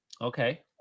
Okay